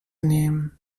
nehmen